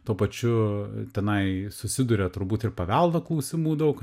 tuo pačiu tenai susiduria turbūt ir paveldo klausimų daug